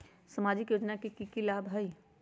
सामाजिक योजना से की की लाभ होई?